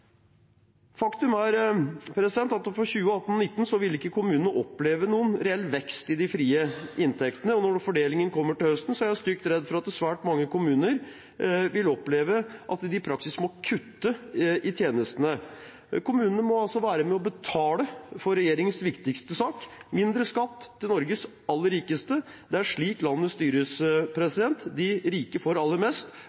Faktum er at for 2018–2019 vil ikke kommunen oppleve noen reell vekst i de frie inntektene. Når fordelingen kommer til høsten, er jeg stygt redd for at svært mange kommuner vil oppleve at de i praksis må kutte i tjenestene. Kommunene må altså være med og betale for regjeringens viktigste sak, som er mindre skatt til Norges aller rikeste. Det er slik landet styres.